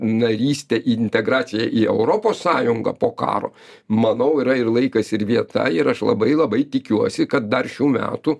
narystę integraciją į europos sąjungą po karo manau yra ir laikas ir vieta ir aš labai labai tikiuosi kad dar šių metų